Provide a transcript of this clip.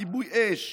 כיבוי אש,